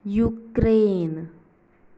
Ukraine